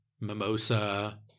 mimosa